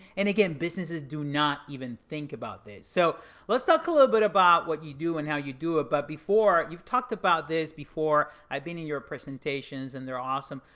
and again, businesses do not even think about this. so let's talk a little bit about what you do and how you do it, but before you've talked about this before, i've been in your presentations and they're awesome.